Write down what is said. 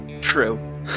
True